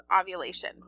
ovulation